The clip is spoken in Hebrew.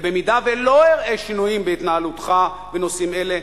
במידה שלא אראה שינויים בהתנהלותך בנושאים אלו,